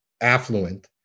affluent